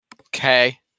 Okay